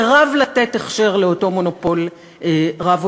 סירב לתת הכשר לאותו מונופול רב-עוצמה.